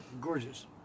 Gorgeous